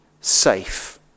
safe